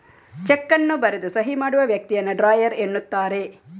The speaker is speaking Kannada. ಚೆಕ್ ಅನ್ನು ಬರೆದು ಸಹಿ ಮಾಡುವ ವ್ಯಕ್ತಿಯನ್ನ ಡ್ರಾಯರ್ ಎನ್ನುತ್ತಾರೆ